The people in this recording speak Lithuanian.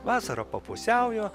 vasara po pusiaujo